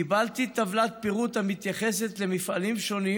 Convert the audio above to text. קיבלתי טבלת פירוט המתייחסת למפעלים שונים